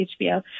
HBO